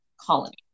colony